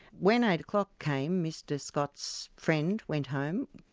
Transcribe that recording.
when eight o'clock came, mr scott's friend went home.